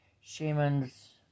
shamans